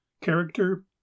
character